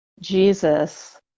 Jesus